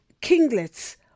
kinglets